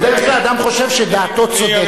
בדרך כלל, אדם חושב שדעתו צודקת.